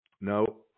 no